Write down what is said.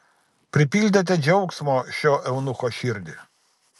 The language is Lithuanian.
pripildėte džiaugsmo šio eunucho širdį